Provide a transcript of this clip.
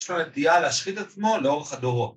‫יש לו נטייה להשחית את עצמו ‫לאורך הדורות.